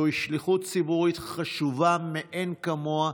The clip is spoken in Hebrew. זוהי שליחות ציבורית חשובה מאין כמוה.